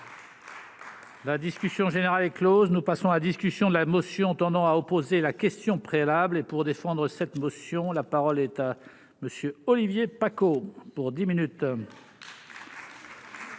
La discussion générale est Close, nous passons à la discussion de la motion tendant à opposer la question préalable et pour défendre cette motion, la parole est à monsieur Olivier Paccaud pour 10 minutes.